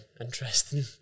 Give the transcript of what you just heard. Interesting